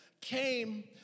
came